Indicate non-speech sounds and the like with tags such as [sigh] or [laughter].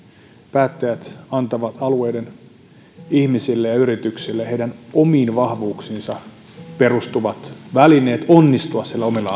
päättäjät antavat alueiden ihmisille ja yrityksille heidän omiin vahvuuksiinsa perustuvat välineet onnistua siellä omilla [unintelligible]